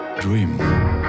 dream